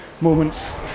moments